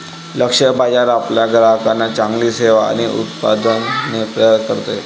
लक्ष्य बाजार आपल्या ग्राहकांना चांगली सेवा आणि उत्पादने प्रदान करते